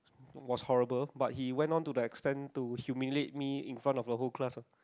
was horrible but he went on to the expand to humiliate me in front of the whole class